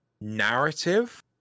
narrative